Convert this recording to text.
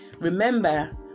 Remember